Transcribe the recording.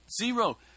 Zero